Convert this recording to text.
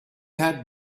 had